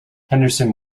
henderson